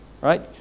Right